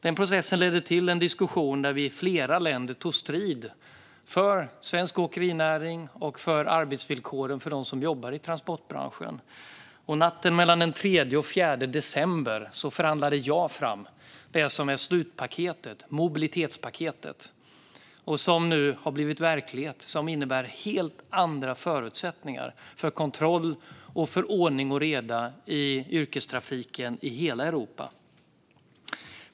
Den processen ledde till en diskussion där vi i flera länder tog strid för svensk åkerinäring och för arbetsvillkoren för dem som jobbar i transportbranschen. Natten mellan den 3 och 4 december förhandlade jag fram slutpaketet, mobilitetspaketet, som nu har blivit verklighet och som innebär helt andra förutsättningar för kontroll och för ordning och reda i yrkestrafiken i hela Europa.